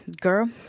girl